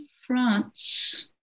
France